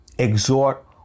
exhort